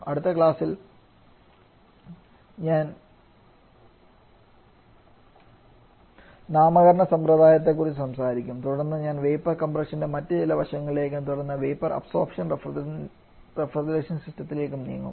അടുത്ത ക്ലാസ്സിൽ ഞാൻ നാമകരണ സമ്പ്രദായത്തെക്കുറിച്ച് സംസാരിക്കും തുടർന്ന് ഞാൻ വേപ്പർ കംപ്രഷന്റെ മറ്റ് ചില വശങ്ങളിലേക്കും തുടർന്ന് വേപ്പർ അബ്സോർപ്ഷൻ റഫ്രിജറേഷൻ സിസ്റ്റത്തിലേക്കും നീങ്ങും